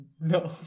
No